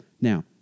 Now